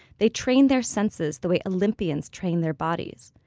they train their senses the way olympians train their bodies.